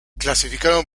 clasificaron